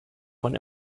von